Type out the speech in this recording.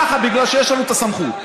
ככה, בגלל שיש לנו את הסמכות.